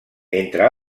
entre